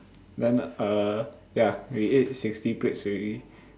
then uh ya we ate sixty plates already